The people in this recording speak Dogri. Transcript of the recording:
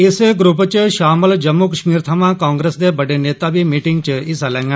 इस ग्रुप च शामल जम्मू कश्मीर थवा कांग्रेस दे बड्डे नेता बी मीटिंग च हिस्सा लैंडन